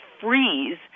freeze